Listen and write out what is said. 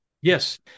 Yes